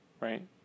right